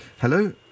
Hello